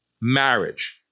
marriage